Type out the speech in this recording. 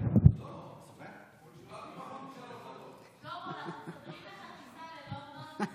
לך טיסה ללונדון.